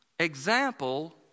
example